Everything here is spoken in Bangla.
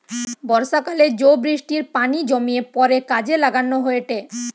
বর্ষাকালে জো বৃষ্টির পানি জমিয়ে পরে কাজে লাগানো হয়েটে